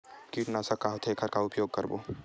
कीटनाशक का होथे एखर का उपयोग करबो?